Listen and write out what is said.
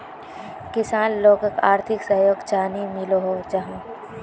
किसान लोगोक आर्थिक सहयोग चाँ नी मिलोहो जाहा?